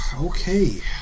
okay